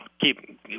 keep